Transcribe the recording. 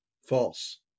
False